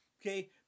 okay